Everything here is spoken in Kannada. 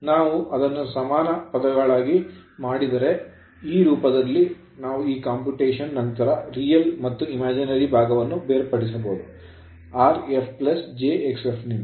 ನಾವು ಅದನ್ನು ಸಮಾನ ಪದಗಳಾಗಿ ಮಾಡಿದರೆ ಈ ರೂಪದಲ್ಲಿ ನಾವು ಈ computation ಕಂಪ್ಯೂಟೇಶನ್ ನಂತರ real ನೈಜ ಮತ್ತು imaginary ಕಾಲ್ಪನಿಕ ಭಾಗವನ್ನು ಬೇರ್ಪಡಿಸಬಹುದು rf j xf ನಿಂದ